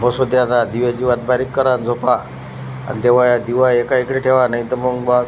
बस् होऊ दे आता दिव्याची वात बारीक करा न् झोपा आणि देवाय दिवा आहे एका इकडं ठेवा नाही तर मग बा